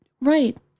Right